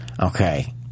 Okay